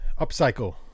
upcycle